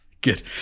Good